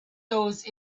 those